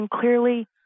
clearly